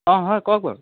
অঁ হয় কওক বাৰু